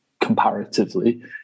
comparatively